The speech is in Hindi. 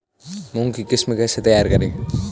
मूंग की किस्म कैसे तैयार करें?